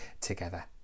together